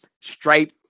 Stripe